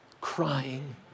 crying